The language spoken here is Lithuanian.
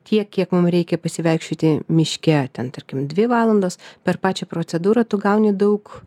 tiek kiek mum reikia pasivaikščioti miške ten tarkim dvi valandas per pačią procedūrą tu gauni daug